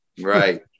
Right